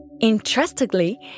Interestingly